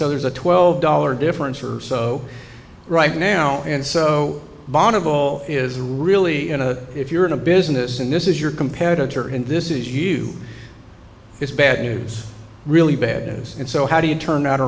so there's a twelve dollar difference or so right now and so bought of all is really in a if you're in a business and this is your competitor and this is you it's bad news really bad news and so how do you turn